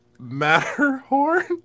Matterhorn